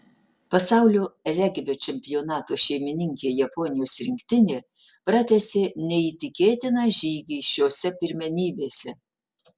pasaulio regbio čempionato šeimininkė japonijos rinktinė pratęsė neįtikėtiną žygį šiose pirmenybėse